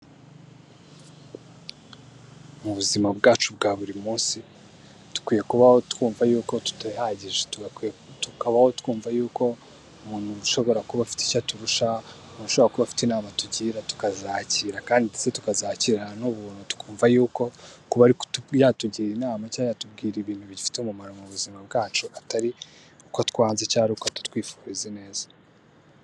Mu buzima bwacu bwa buri munsi dukwiye kubaho twumva yuko tutihagije ,tukabaho twumva yuko umuntu ashobora kuba afite icyo aturusha, umuntu ashobora kuba afite inama atugira tukazakira ,kandi ndetse tukazakirana n'ubuntu ,twumva yuko yatugira inama cyangwa yatubwira ibintu bifite umumaro mu buzima bwacu, atari uko atwanze cyangwa ari uko atwifuriza ineza.